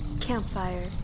campfire